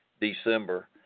December